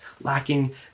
lacking